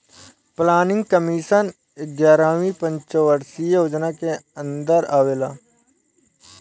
planning commission एग्यारहवी पंचवर्षीय योजना के अन्दर आवेला